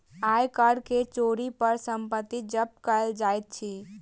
आय कर के चोरी पर संपत्ति जब्त कएल जाइत अछि